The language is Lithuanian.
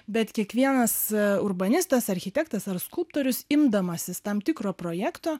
bet kiekvienas urbanistas architektas ar skulptorius imdamasis tam tikro projekto